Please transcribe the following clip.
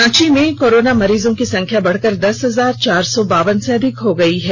रांची में कोरोना मरीजों की संख्या बढ़कर दस हजार चार सौ बावन से अधिक हो गई है